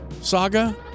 Saga